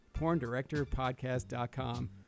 PornDirectorPodcast.com